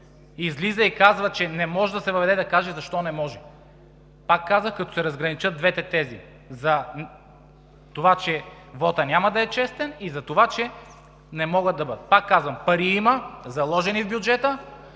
излиза и казва, че не може да се въведе, да каже защо не може. Пак казвам, като се разграничат двете тези – за това, че вотът няма да е честен и за това, че не могат да бъдат. Пак казвам: има пари, заложени в бюджета;